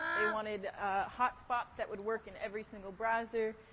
they wanted hotspots that would work in every single browser,